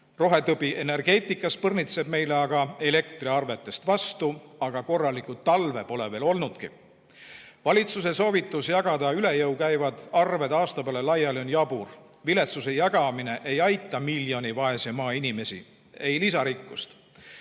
Rohetõbi energeetikas põrnitseb meile aga elektriarvetelt vastu, kuigi korralikku talve pole olnudki. Valitsuse soovitus jagada üle jõu käivad arved aasta peale laiali on jabur. Viletsuse jagamine ei aita miljonit vaese maa inimest, ei lisa rikkust.